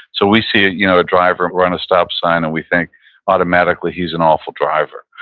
so we see a you know driver run a stop sign, and we think automatically he's an awful driver,